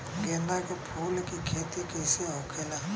गेंदा के फूल की खेती कैसे होखेला?